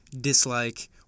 dislike